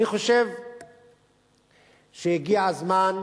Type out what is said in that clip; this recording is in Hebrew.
אני חושב שהגיע הזמן,